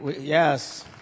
yes